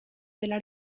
della